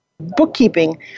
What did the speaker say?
bookkeeping